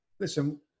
Listen